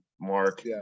mark